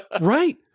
Right